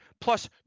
plus